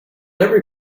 every